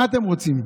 מה אתם רוצים,